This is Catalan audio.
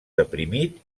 deprimit